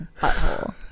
butthole